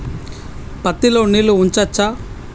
పత్తి లో నీళ్లు ఉంచచ్చా?